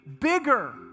bigger